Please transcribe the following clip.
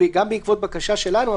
גם בעקבות בקשה שלנו.